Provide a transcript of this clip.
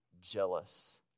jealous